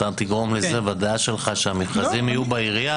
ואתה תגרום בדעה שלך שהמכרזים יהיו בעירייה